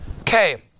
Okay